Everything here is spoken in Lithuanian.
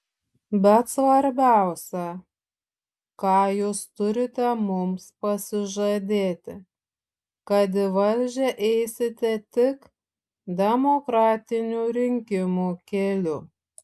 bet svarbiausia ką jūs turite mums pasižadėti kad į valdžią eisite tik demokratinių rinkimų keliu